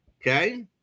Okay